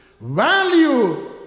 value